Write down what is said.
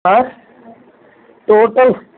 आएं टोटल